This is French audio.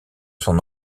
son